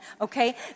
okay